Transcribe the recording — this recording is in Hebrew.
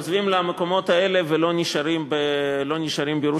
עוזבים למקומות האלה ולא נשארים בירושלים.